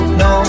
no